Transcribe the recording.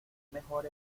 mejor